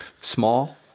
small